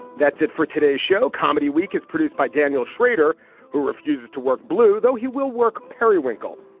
that's it for today's show comedy week is produced by daniel schrader who refuses to work blue though he will work periwinkle.